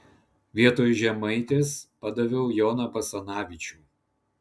vietoj žemaitės padaviau joną basanavičių